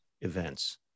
events